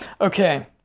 Okay